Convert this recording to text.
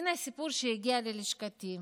הינה סיפור שהגיע ללשכתי.